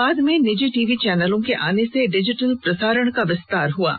बाद में निजी टीवी चैनलों के आने से डिजिटल प्रसारण का विस्तार हो रहा है